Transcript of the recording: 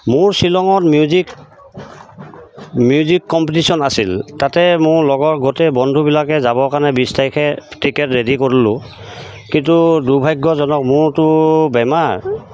মোৰ শ্বিলঙত music music competition আছিল তাতে মোৰ লগৰ গোটেই বন্ধুবিলাকে যাবৰ কাৰণে বিছ তাৰিখে টিকেট ৰেডি কৰিলোঁ কিন্তু দুৰ্ভাগ্যজনক মোৰতো বেমাৰ